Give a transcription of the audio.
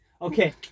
Okay